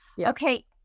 okay